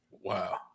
Wow